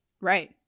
right